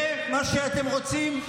זה מה שאתם רוצים?